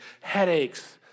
headaches